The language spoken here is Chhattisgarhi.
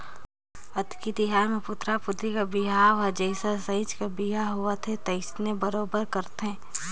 अक्ती तिहार मे पुतरा पुतरी के बिहाव हर जइसे सहिंच के बिहा होवथे तइसने बरोबर करथे